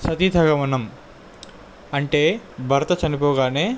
సతీసహగమనం అంటే భర్త చనిపోగానే